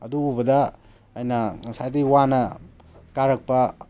ꯑꯗꯨ ꯎꯕꯗ ꯑꯩꯅ ꯉꯁꯥꯏꯗꯒꯤ ꯋꯥꯅ ꯀꯥꯔꯛꯄ